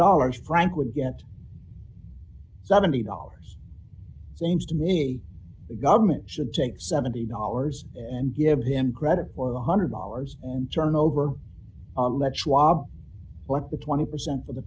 dollars frank would get seventy dollars seems to me the government should take seventy dollars and give him credit for one hundred dollars and turn over that schwab but the twenty percent of the